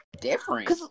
Different